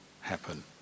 happen